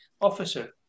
officer